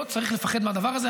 לא צריך לפחד מהדבר הזה.